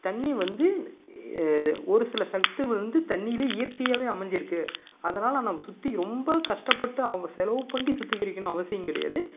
தண்ணி வந்து ஒரு சில சத்துக்கள் வந்து தண்ணியிலேயே இயற்கையாகவே அமைஞ்சுருக்கு அதனால் நம்ம சுற்றி ரொம்ப கஷ்டப்பட்டு அவங்க செலவு பண்ணி சுத்திகரிக்கணும் அவசியம் கிடையாது